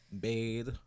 bathe